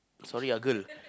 sorry ah girl